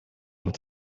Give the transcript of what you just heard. with